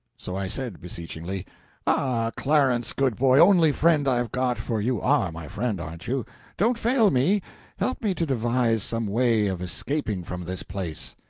so i said beseechingly ah, clarence, good boy, only friend i've got for you are my friend, aren't you don't fail me help me to devise some way of escaping from this place!